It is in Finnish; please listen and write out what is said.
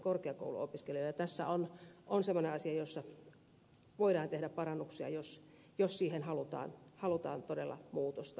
tässä on semmoinen asia jossa voidaan tehdä parannuksia jos siihen halutaan todella muutosta